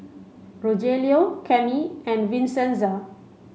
Rogelio Kenny and Vincenza